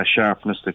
sharpness